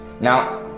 Now